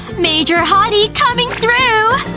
major hottie, coming through!